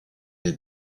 est